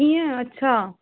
इअं अच्छा